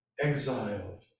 exiled